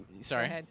sorry